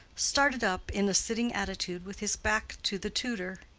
started up in a sitting attitude with his back to the tutor.